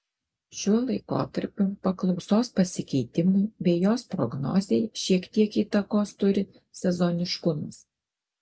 šiuo laikotarpiu paklausos pasikeitimui bei jos prognozei šiek tiek įtakos turi sezoniškumas